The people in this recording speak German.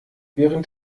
während